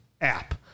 app